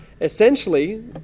essentially